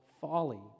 folly